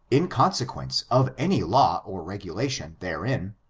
in conse quence of any law or regulation therein,